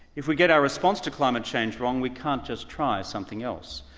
if we get our response to climate change wrong, we can't just try something else,